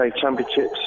championships